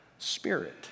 spirit